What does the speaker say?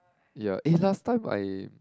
ya eh last time I